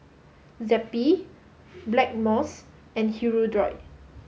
Zappy Blackmores and Hirudoid